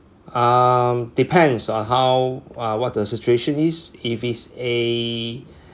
um depends on how wha~ what the situation is if it's a